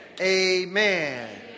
Amen